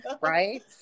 right